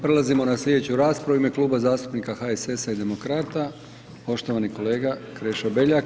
Prelazimo na slijedeću raspravu u ime Kluba zastupnika HSS-a i Demokrata, poštovani kolega Krešo Beljak.